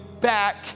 back